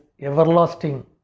everlasting